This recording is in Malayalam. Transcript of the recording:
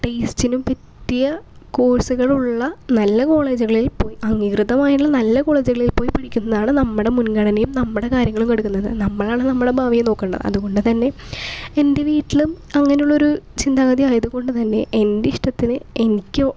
ടേസ്റ്റിനും പറ്റിയ കോഴ്സുകളുള്ള നല്ല കോളേജുകളിൽ പോയി അംഗീകൃതമായതും നല്ല കോളേജുകളിൽ പോയി പഠിക്കുന്നതാണ് നമ്മുടെ മുൻഗണനയും നമ്മുടെ കാര്യങ്ങളും കൊടുക്കുന്നത് നമ്മളാണ് നമ്മളെ ഭാവിയെ നോക്കേണ്ടത് അതുകൊണ്ട് തന്നെ എൻ്റെ വീട്ടിലും അങ്ങനെ ഉള്ളൊരു ചിന്താഗതി ആയത് കൊണ്ട് തന്നെ എൻ്റെ ഇഷ്ടത്തിന് എനിക്കോ